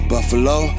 Buffalo